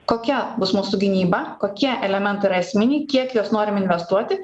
kokia bus mūsų gynyba kokie elementai yra esminiai kiek į juos norim investuoti